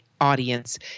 audience